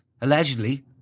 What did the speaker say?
allegedly